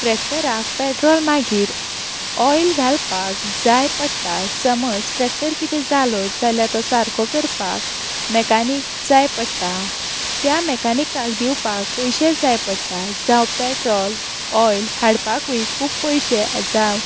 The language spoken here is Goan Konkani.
ट्रॅक्टराक पेट्रोल मागीर ऑयल घालपाक जाय पडटा समज ट्रॅक्टर कितें जालो जाल्यार तो सारको करपाक मॅकानिक जाय पडटा त्या मेकानिकाक दिवपाक पयशे जाय पडटा जावं पेट्रोल ऑयल हाडपाकूय खूब पयशे जावं